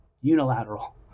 unilateral